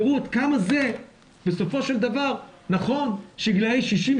תראו עד כמה זה בסופו של דבר נכון שגילאי 60,